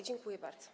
Dziękuję bardzo.